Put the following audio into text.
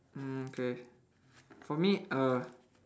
mm okay for me uh